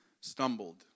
stumbled